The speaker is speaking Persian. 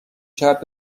شرط